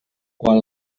quan